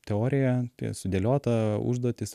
teoriją sudėliota užduotys